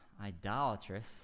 idolatrous